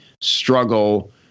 struggle